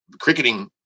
cricketing